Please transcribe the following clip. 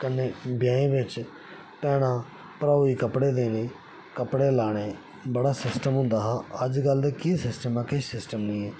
कन्नै ब्याहें च भैणें भ्र'ऊं गी कपड़े देने पकड़े लाने बड़ा सिस्टम होंदा हा अज्जकल दा केह् सिस्टम किश सिस्टम नेईं ऐ